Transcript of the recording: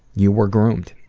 you were groomed.